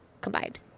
combined